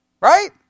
Right